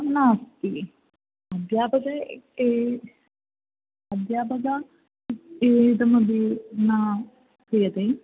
नास्ति अध्यापकः अध्यापकः एतमुद्दिश्य न क्रियते